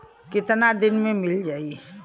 कितना दिन में मील जाई?